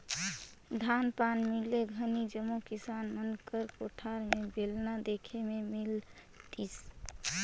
धान पान मिसे घनी जम्मो किसान मन कर कोठार मे बेलना देखे ले मिलतिस